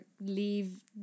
leave